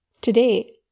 Today